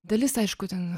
dalis aišku ten